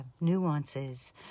nuances